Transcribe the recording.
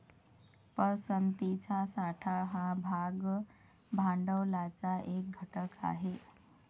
पसंतीचा साठा हा भाग भांडवलाचा एक घटक आहे